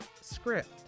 script